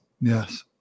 Yes